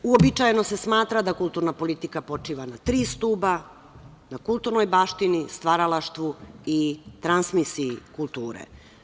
Uobičajeno se smatra da kulturna politika počiva na tri stuba, na kulturnoj baštini, stvaralaštvu i transmisiji kulture.